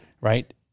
Right